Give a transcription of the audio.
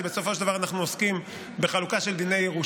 כי בסופו של דבר אנחנו עוסקים בחלוקה של ירושה,